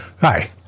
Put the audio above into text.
Hi